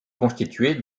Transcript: constituée